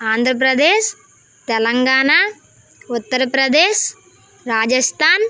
Andhra Pradesh Telangana Uttar Pradesh Rajasthan